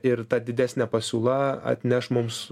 ir ta didesne pasiūla atneš mums